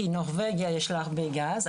כי נורבגיה יש לה הרבה גז,